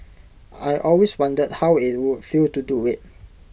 I always wondered how IT would feel to do IT